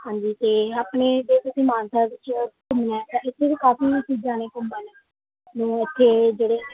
ਹਾਂਜੀ ਅਤੇ ਆਪਣੇ ਜੇ ਤੁਸੀਂ ਮਾਨਸਾ ਵਿੱਚ ਘੁੰਮਣਾ ਤਾਂ ਉੱਥੇ ਵੀ ਕਾਫ਼ੀ ਚੀਜ਼ਾਂ ਨੇ ਘੁੰਮਣ ਨੂੰ ਇੱਥੇ ਜਿਹੜੇ